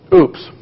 oops